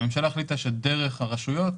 הממשלה החליטה שדרך הרשויות